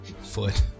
foot